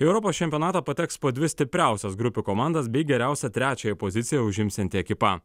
į europos čempionatą pateks po dvi stipriausias grupių komandas bei geriausia trečiąją poziciją užimsianti ekipa